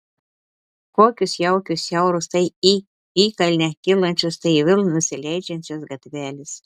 kokios jaukios siauros tai į įkalnę kylančios tai vėl nusileidžiančios gatvelės